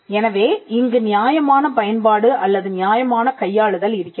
எனவே இங்கு நியாயமான பயன்பாடு அல்லது நியாயமான கையாளுதல் இருக்கிறது